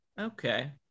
Okay